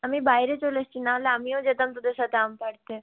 আমি বাইরে চলে এসেছি না হলে আমিও যেতাম তোদের সাথে আম পাড়তে